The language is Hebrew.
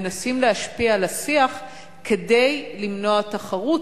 מנסים להשפיע על השיח כדי למנוע תחרות